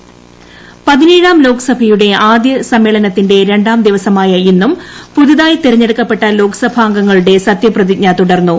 സത്യപ്രതിജ്ഞ പതിനേഴാം ലോക്സഭയുടെ ആദ്യ സമ്മേളനത്തിന്റെ രണ്ടാം ദിവസമായ ഇന്നും പുതുതായി തെരഞ്ഞെടുക്കപ്പെട്ട ലോക്സഭാംഗങ്ങളുടെ സത്യപ്രതിജ്ഞ തുടർന്നു